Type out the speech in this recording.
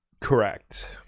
Correct